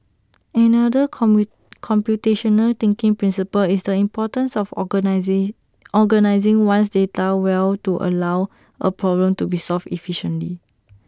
another come we computational thinking principle is the importance of organize organising one's data well to allow A problem to be solved efficiently